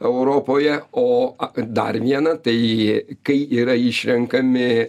europoje o a dar viena tai kai yra išrenkami